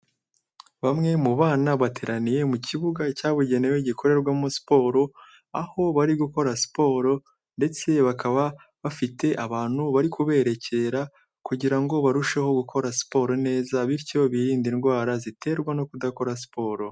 Bamwe mu bana bateraniye mu kibuga cyabugenewe gikorerwamo siporo, aho bari gukora siporo ndetse bakaba bafite abantu bari kubererekera kugira ngo barusheho gukora siporo neza bityo biririnde indwara ziterwa no kudakora siporo.